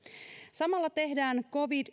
samalla tehdään covid